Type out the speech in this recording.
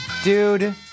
Dude